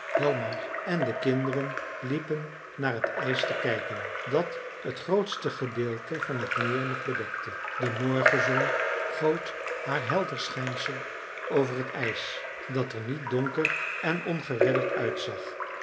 hjälmar en de kinderen liepen naar het ijs te kijken dat het grootste gedeelte van het meer nog bedekte de morgenzon goot haar helder schijnsel over het ijs dat er niet donker en ongeredderd uitzag